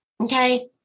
Okay